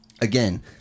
again